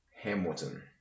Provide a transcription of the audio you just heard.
Hamilton